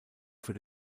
für